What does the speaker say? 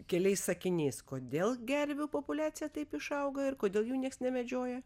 keliais sakiniais kodėl gervių populiacija taip išaugo ir kodėl jų nieks nemedžioja